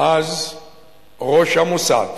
אז ראש המוסד.